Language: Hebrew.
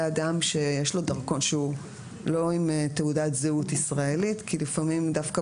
אדם שהוא לא עם תעודת זהות ישראלית כי לפעמים דווקא